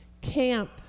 camp